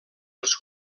els